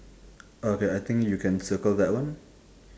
okay I think you can circle that one